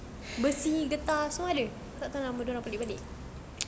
besi getah semua ada tak tahu nama dorang pelik-pelik